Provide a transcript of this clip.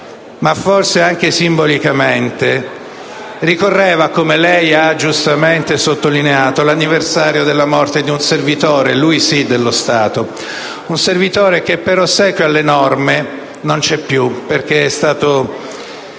ma forse anche simbolicamente, ricorreva, come lei ha giustamente sottolineato, l'anniversario della morte di un servitore, lui sì, dello Stato. Un servitore che per ossequio alle norme non c'è più, perché è stato